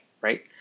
right